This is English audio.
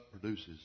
produces